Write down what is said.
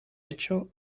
hecho